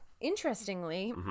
interestingly